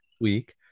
week